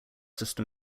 system